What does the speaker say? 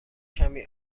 کمی